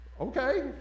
Okay